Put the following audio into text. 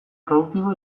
produktibo